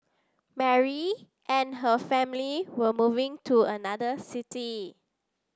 Mary and her family were moving to another city